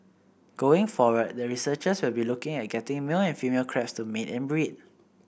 going forward the researchers will be looking at getting male and female crabs to mate and breed